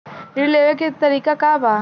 ऋण लेवे के तरीका का बा?